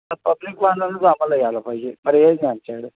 public वाहनानंच आम्हाला यायला पाहिजे पर्यायच नाही आमच्याकडं